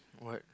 what